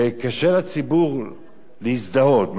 וקשה לציבור להזדהות.